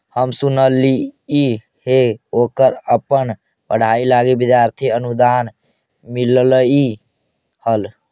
हम सुनलिइ हे ओकरा अपन पढ़ाई लागी विद्यार्थी अनुदान मिल्लई हल